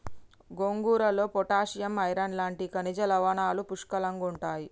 గోంగూరలో potassium, iron లాంటి ఖనిజ లవణాలు పుష్కలంగుంటాయి